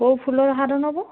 କେଉଁ ଫୁଲର ହାର ନବ